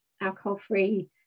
alcohol-free